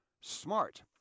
SMART